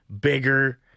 bigger